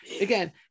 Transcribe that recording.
again